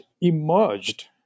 emerged